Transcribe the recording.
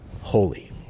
Holy